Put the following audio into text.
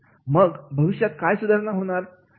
मग भविष्यात काय सुधारणा होणार